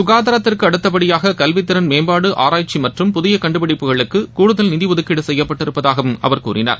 கனதாரத்திற்கு அடுத்தப் படியாக கல்வி திறன் மேம்பாடு ஆராய்ச்சி மற்றும் புதிய கண்டுபிடிப்புகளுக்கு கூடுதல் நிதி ஒதுக்கீடு செய்யப்பட்டிருப்பதாகவும் அவர் கூறினார்